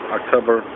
October